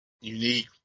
unique